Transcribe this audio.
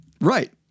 Right